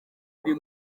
uri